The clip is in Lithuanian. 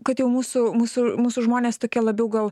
kad jau mūsų mūsų mūsų žmonės tokie labiau gal